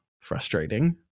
frustrating